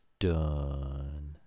done